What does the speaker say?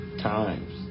times